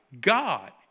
God